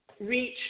reach